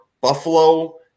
Buffalo –